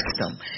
system